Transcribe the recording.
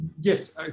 yes